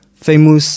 famous